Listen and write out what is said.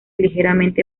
ligeramente